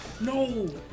No